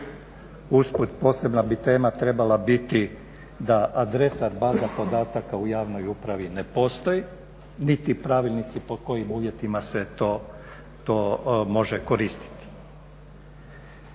usput posebna bi tema trebala biti da adresa baza podataka u javnoj upravi ne postoji niti pravilnici po kojim uvjetima se to može koristiti.